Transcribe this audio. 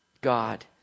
God